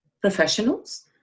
professionals